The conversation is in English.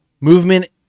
Movement